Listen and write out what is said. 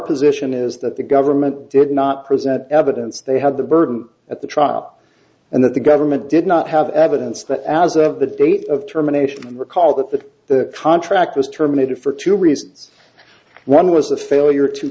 position is that the government did not present evidence they had the burden at the trial and that the government did not have evidence that as of the date of termination recall that the contract was terminated for two reasons one was the failure to